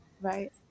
Right